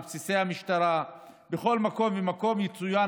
בבסיסי המשטרה ובכל מקום ומקום יצוין